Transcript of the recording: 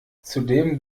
zudem